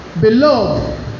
Beloved